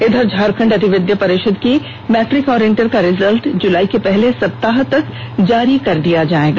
इधर झारखंड अधिविद्य परिषद की मैट्रिक और इंटर का रिजल्ट जुलाई के पहले सप्ताह तक जारी कर दिया जाएगा